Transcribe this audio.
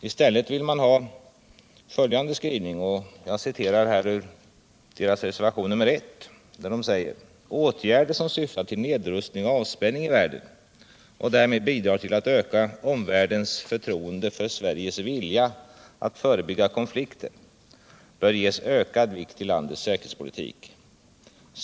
I stället vill man ha följande skrivning — jag citerar reservationen 1: ”Enligt utskottets mening bör åtgärder som syftar till nedrustning och avspänning i världen — och därmed bidrar till att öka omvärldens förtroende för Sveriges vilja att förebygga konflikter— ges ökad vikt i landets säkerhetspolitik.